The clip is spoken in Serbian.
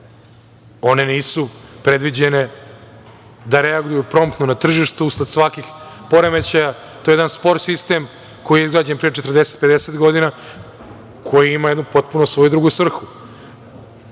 One nisu predviđene da reaguju promptno na tržištu usled svakih poremećaja. To je jedan spor sistem koji je izrađen pre 40-50 godina i koji ima jednu svoju potpuno drugu svrhu